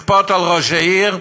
לכפות על ראש העיר: